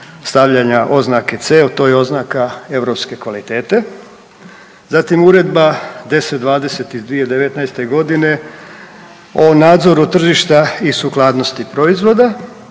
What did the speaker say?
stavljanja oznake C, to je oznaka europske kvalitete, zatim Uredba 1020 iz 2019. g. o nadzoru tržišta i sukladnosti proizvoda